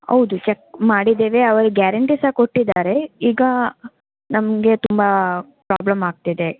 ಹೌದು ಚೆಕ್ ಮಾಡಿದ್ದೇವೆ ಅವರು ಗ್ಯಾರೆಂಟಿ ಸಹ ಕೊಟ್ಟಿದಾರೆ ಈಗ ನಮಗೆ ತುಂಬಾ ಪ್ರಾಬ್ಲಮ್ ಆಗ್ತಿದೆ